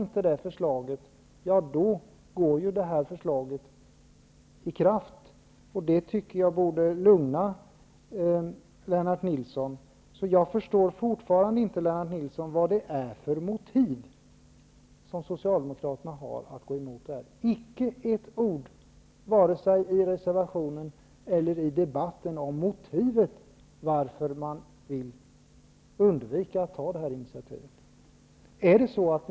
Kommer det inte fram något sådant förslag, då träder det gamla beslutet i kraft, och det tycker jag borde lugna Så jag förstår fortfarande inte vad Socialdemokraterna har för motiv för att gå emot utskottets initiativ. Det finns icke ett ord vare sig i reservationen eller i debatten om motivet till att Socialdemokraterna vill undvika att riksdagen beslutar enligt utskottets initiativ.